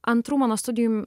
antrų mano studijų m